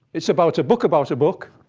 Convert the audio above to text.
it's about a book about a book.